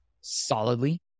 solidly